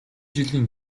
жилийн